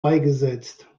beigesetzt